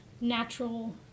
natural